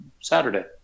saturday